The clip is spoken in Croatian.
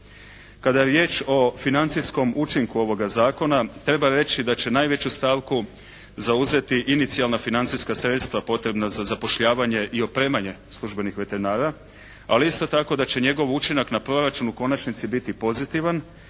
Kada je riječ o financijskom učinku ovoga zakona treba reći da će najveću stavku zauzeti inicijalna financijska sredstva potrebna za zapošljavanje i opremanje službenih veterinara. Ali isto tako da će njegov učinak na proračun u konačnici biti pozitivan